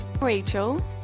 rachel